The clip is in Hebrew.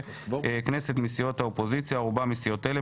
כנסת מסיעות האופוזיציה או רובם מסיעות אלו,